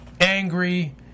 angry